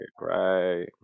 right